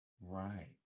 Right